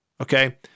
okay